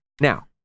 Now